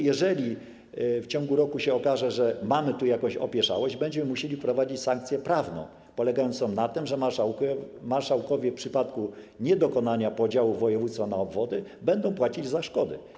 Jeżeli w ciągu roku się okaże, że mamy tu jakąś opieszałość, będziemy musieli wprowadzić sankcję prawną polegającą na tym, że marszałkowie w przypadku niedokonania podziałów województwa na obwody będą płacić za szkody.